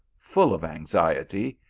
full of anxiety,